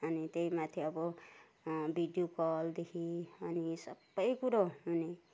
अनि त्यही माथी अब भिडियो कलदेखि अनि सबै कुरो हुने